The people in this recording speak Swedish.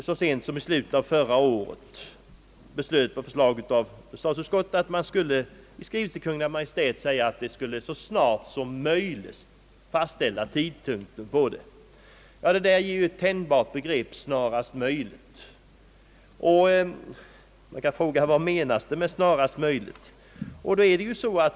Så sent som i slutet av förra året hemställde riksdagen på förslag av statsutskottet att Kungl. Maj:t skulle snarast möjligt fastställa tidpunkten för införandet av färg-TV. »Snarast möjligt» är ett tänjbart begrepp. Man kan fråga vad som menas därmed.